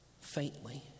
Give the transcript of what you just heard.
faintly